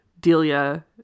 Delia